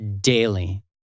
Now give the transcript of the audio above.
daily